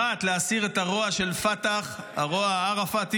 אחת, להסיר את הרוע של פת"ח, הרוע העראפתי,